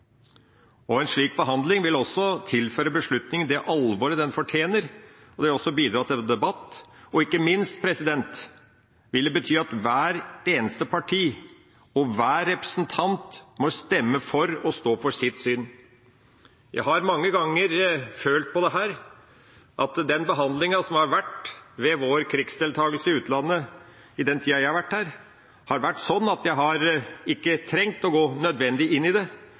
En slik behandling vil tilføre beslutningen det alvoret den fortjener, og det vil også bidra til debatt. Og ikke minst vil det bety at hvert eneste parti og hver representant må stemme for og stå for sitt syn. Jeg har mange ganger følt på at den behandlingen som har vært ved vår krigsdeltakelse i utlandet i den tida jeg har vært her, har vært sånn at jeg ikke har trengt å gå nødvendig inn i det.